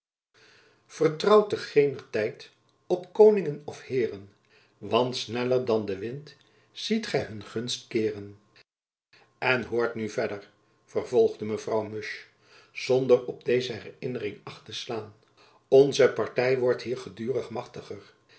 vertrouwt te ghener tydt op koninghen of heeren want sneller dan den wint siet ghy hun gunste keeren en hoort nu verder vervolgde mevrouw musch zonder op deze herinnering acht te slaan onze party wordt hier gedurig machtiger